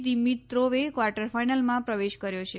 દિમિત્રોવે quarter ફાઈનલમાં પ્રવેશ કર્યો છે